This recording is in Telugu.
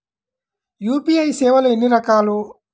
యూ.పీ.ఐ సేవలు ఎన్నిరకాలు?